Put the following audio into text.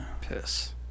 Piss